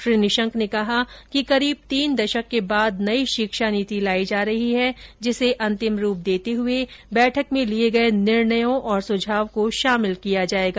श्री निशंक ने कहा कि करीब तीन दशक के बाद नयी शिक्षा नीति लायी जा रही है जिसे अंतिम रूप देते हुए बैठक में लिए गये निर्णयों और सुझाव को शामिल किया जाएगा